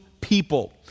people